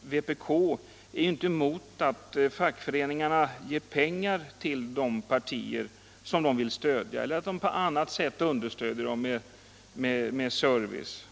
vänsterpartiet kommunisterna inte är emot att fackföreningarna ger pengar till de partier som de vill stödja eller att de på annat sätt hjälper dem med service.